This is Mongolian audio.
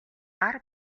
гар